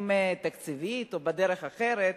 תקציבית או בדרך אחרת,